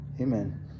Amen